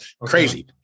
crazy